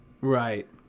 Right